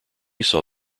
saw